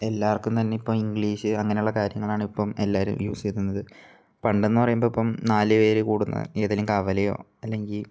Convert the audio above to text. എല്ലാവർക്കും തന്നിപ്പം ഇങ്ക്ലീഷ് അങ്ങനെ ഉള്ള കാര്യങ്ങൾ ആണിപ്പം എല്ലാവരും യൂസ് ചെയ്യുന്നത് പണ്ടെന്ന് പറയുമ്പം ഇപ്പം നാല് പേര് കൂടുന്ന ഏതേലും കവലയോ അല്ലെങ്കിൽ